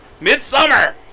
Midsummer